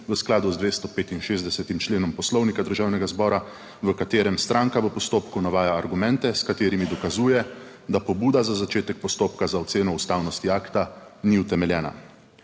v skladu z 265. členom Poslovnika Državnega zbora, v katerem stranka v postopku navaja argumente, s katerimi dokazuje, da pobuda za začetek postopka za oceno ustavnosti akta ni utemeljena.